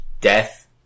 Death